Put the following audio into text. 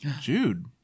Jude